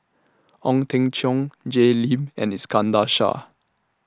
Ong Teng Cheong Jay Lim and Iskandar Shah